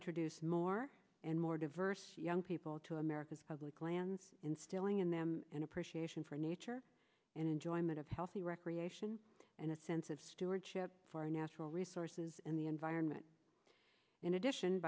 introduce more and more diverse young people to america's public lands instilling in them an appreciation for nature and enjoyment of healthy recreation and a sense of stewardship for our natural resources in the environment in addition